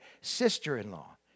sister-in-law